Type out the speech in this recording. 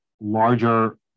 larger